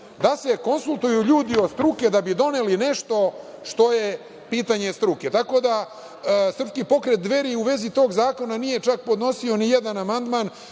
da se konsultuju ljudi od struke da bi doneli nešto što je pitanje struke. Tako da srpski pokret Dveri nije čak podnosio ni jedan amandman.